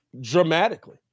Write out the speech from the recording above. dramatically